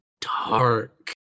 dark